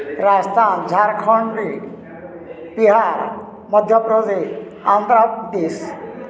Rajasthan Jharkhand Bihar Madhya Pradesh Andhra Pradesh